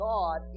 God